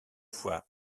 fois